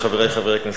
חברי חברי הכנסת,